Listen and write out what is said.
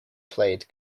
played